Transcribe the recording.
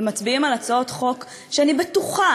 ומצביעים על הצעות חוק שאני בטוחה